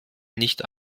nicht